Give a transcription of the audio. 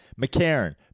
McCarron